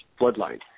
bloodline